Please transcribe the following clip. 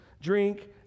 drink